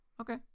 Okay